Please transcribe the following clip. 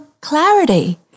clarity